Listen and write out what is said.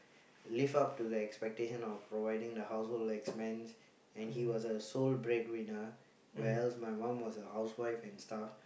live up to the expectations of providing the household expense and he was a sole breadwinner where else my mum was a housewife and stuff